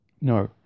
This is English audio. No